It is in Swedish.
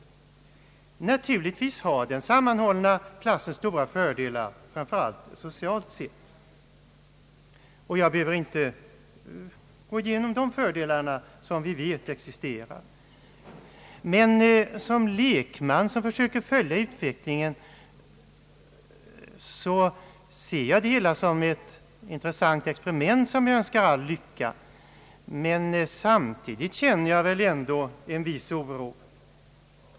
Naturligtvis har den sammanhållna klassen stora fördelar, framför allt socialt sett. Jag behöver inte räkna upp fördelarna, som vi vet existerar. Såsom lekman, som vill följa utvecklingen, ser jag det hela som ett intressant experiment som jag önskar all lycka, men samtidigt känner jag ändå en viss oro.